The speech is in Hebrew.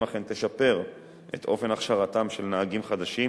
אכן תשפר את אופן הכשרתם של נהגים חדשים,